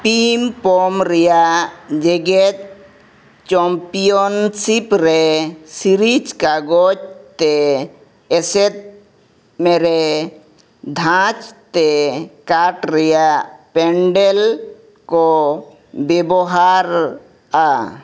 team ᱯᱚᱢ ᱨᱮᱭᱟᱜ ᱡᱮᱜᱮᱫ ᱨᱮ ᱠᱟᱜᱚᱡᱽ ᱛᱮ ᱮᱥᱮᱫ ᱢᱮᱨᱮ ᱫᱷᱟᱸᱪ ᱛᱮ ᱠᱟᱴᱷ ᱨᱮᱭᱟᱜ ᱠᱚ ᱵᱮᱵᱚᱦᱟᱨᱼᱟ